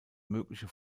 mögliche